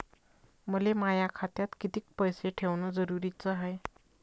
मले माया खात्यात कितीक पैसे ठेवण जरुरीच हाय?